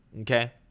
Okay